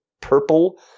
purple